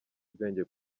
ubwenge